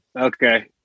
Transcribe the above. okay